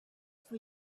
for